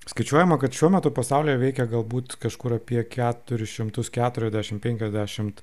skaičiuojama kad šiuo metu pasaulyje veikia galbūt kažkur apie keturis šimtus keturiasdešimt penkiasdešimt